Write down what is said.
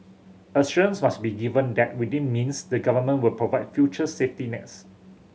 assurance must be given that within means the Government will provide future safety nets